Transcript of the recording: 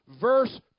Verse